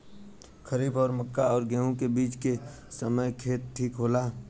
खरीफ और मक्का और गेंहू के बीच के समय खेती ठीक होला?